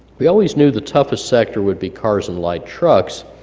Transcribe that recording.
we always knew the toughest sector would be cars and light trucks,